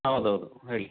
ಹೌದೌದು ಹೇಳಿ